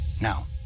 Now